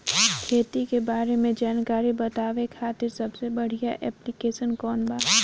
खेती के बारे में जानकारी बतावे खातिर सबसे बढ़िया ऐप्लिकेशन कौन बा?